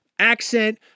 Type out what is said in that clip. Accent